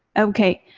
ok,